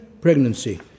pregnancy